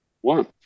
one